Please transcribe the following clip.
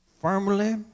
firmly